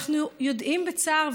אנחנו יודעים בצער,